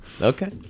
okay